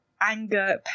anger